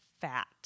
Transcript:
fat